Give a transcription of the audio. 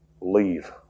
leave